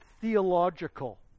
theological